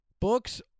Books